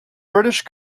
british